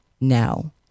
now